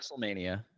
WrestleMania